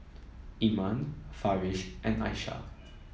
Iman Farish and Aishah